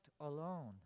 alone